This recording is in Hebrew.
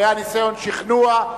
היה ניסיון שכנוע,